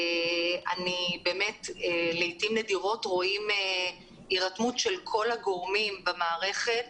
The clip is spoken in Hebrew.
באמת לעיתים נדירות רואים הירתמות של כל הגורמים במערכת